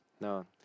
No